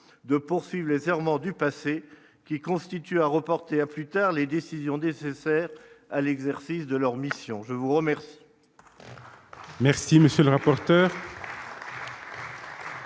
de poursuivre les errements du passé qui constitue à reporter à plus tard les décisions des certes à l'exercice de leur mission, je vous remercie.